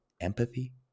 empathy